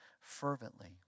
fervently